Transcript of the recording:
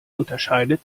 unterscheidet